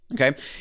okay